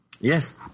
Yes